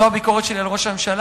זו הביקורת שלי על ראש הממשלה,